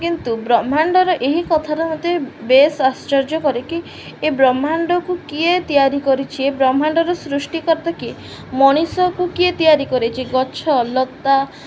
କିନ୍ତୁ ବ୍ରହ୍ମାଣ୍ଡର ଏହି କଥାଟା ମୋତେ ବେଶ ଆଶ୍ଚର୍ଯ୍ୟ କରେ କି ଏ ବ୍ରହ୍ମାଣ୍ଡକୁ କିଏ ତିଆରି କରିଛି ଏ ବ୍ରହ୍ମାଣ୍ଡର ସୃଷ୍ଟିକର୍ତ୍ତା କିଏ ମଣିଷକୁ କିଏ ତିଆରି କରିଛି ଗଛ ଲତା